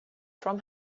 from